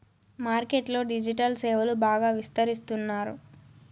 market లో digital సేవలు బాగా విస్తరిస్తున్నారు